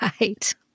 right